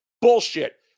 Bullshit